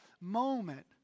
moment